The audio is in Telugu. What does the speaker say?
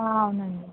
అవునండి